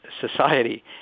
society